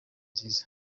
nziza